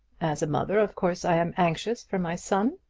as a mother, of course i am anxious for my son.